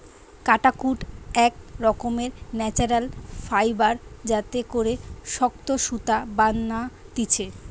কাটাকুট এক রকমের ন্যাচারাল ফাইবার যাতে করে শক্ত সুতা বানাতিছে